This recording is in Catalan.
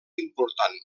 important